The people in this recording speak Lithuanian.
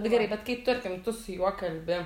nu gerai bet kaip tarkim tu su juo kalbi